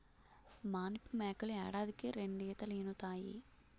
మానిపు మేకలు ఏడాదికి రెండీతలీనుతాయి